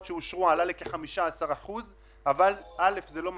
שאושרו עלה ל-15% אבל זה לא מספיק,